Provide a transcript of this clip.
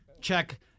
check